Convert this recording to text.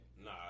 Nah